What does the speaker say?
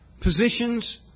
positions